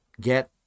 get